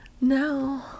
no